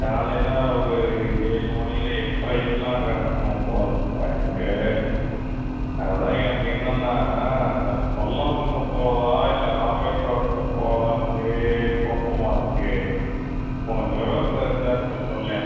காலையில் ஒரு ஏழு மணி இல்லை எட்ரைக்குலாம் அங்கே இருக்கணும் போல் இருக்குப்பா எனக்கு அதான் எனக்கு என்னென்னா இந்த பல்லவனில் போகறதா இல்லை ராமேஸ்வரத்தில் போகறதான்னு ஒரே குழப்பமா இருக்கு உனக்கு விவரம் தெரிஞ்சால் கொஞ்சம் சொல்லேன்